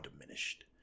diminished